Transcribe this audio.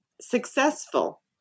successful